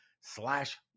slash